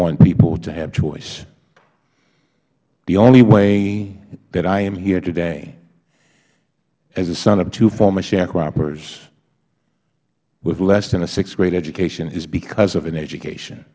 want people to have choice the only way that i am here today as a son of two former sharecroppers with less than a sixth grade education is because of an education